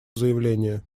заявление